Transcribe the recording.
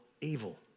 evil